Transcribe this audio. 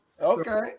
okay